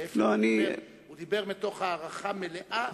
להיפך, הוא דיבר מתוך הערכה מלאה